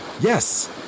Yes